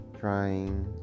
trying